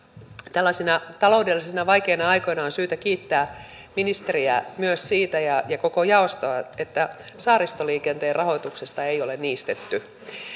tällaisina taloudellisesti vaikeina aikoina on syytä kiittää ministeriä ja ja koko jaostoa myös siitä että saaristoliikenteen rahoituksesta ei ole niistetty